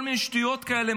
כל מיני שטויות כאלה,